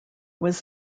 was